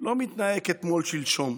לא מתנהג כתמול שלשום.